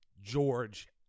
George